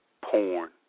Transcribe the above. porn